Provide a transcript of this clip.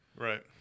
Right